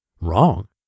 Wrong